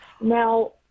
Now